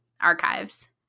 archives